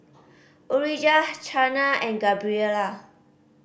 Orijah Chana and Gabriella